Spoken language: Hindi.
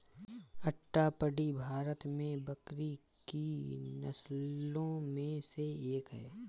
अट्टापडी भारत में बकरी की नस्लों में से एक है